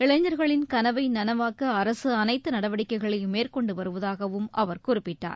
இளைஞர்களின் கனவை நனவாக்க அரசு அனைத்து நடவடிக்கைகளையும் மேற்கொண்டு வருவதாகவும் அவர் குறிப்பிட்டார்